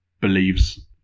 believes